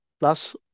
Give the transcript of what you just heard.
Plus